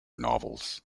novels